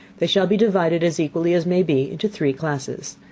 they shall be divided as equally as may be into three classes.